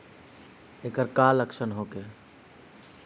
ऐकर का लक्षण होखे?